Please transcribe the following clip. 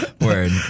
Word